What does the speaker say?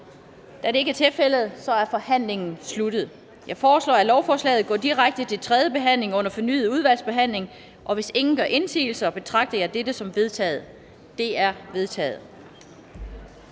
Da det ikke er tilfældet, er forhandlingen sluttet. Jeg foreslår, at lovforslaget går direkte til tredje behandling uden fornyet udvalgsbehandling. Hvis ingen gør indsigelse, betragter jeg dette som vedtaget. Det er vedtaget.